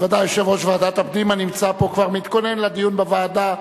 בוודאי יושב-ראש ועדת הפנים הנמצא פה כבר מתכונן לדיון בוועדה.